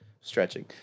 stretching